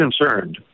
concerned